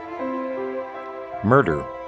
murder